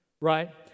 Right